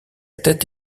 tête